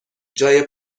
جای